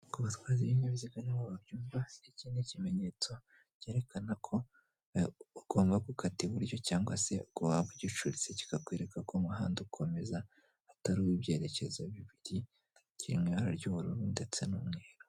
Ku batwazi b'ibinyabiziga ni bo babyumva, iki ngiki ni ikimenyetso cyerekana ko ugomba gukata iburyo cyangwa se ubwo waba ugicuritse kikakwereka ko umuhanda ukomeza, atari uw' ibyerekezo bibiri; kiri mu ibara ry'ubururu ndetse n'umweru.